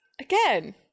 again